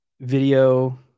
video